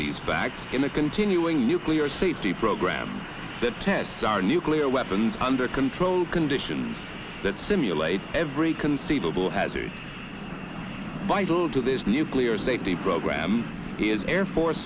the facts in the continuing nuclear safety program that test our nuclear weapons under controlled conditions that simulate every conceivable hazard vital to this nuclear safety program he is an air force